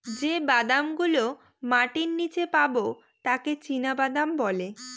যে বাদাম গুলো মাটির নীচে পাবে তাকে চীনাবাদাম বলে